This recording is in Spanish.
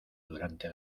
durante